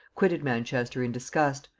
quitted manchester in disgust,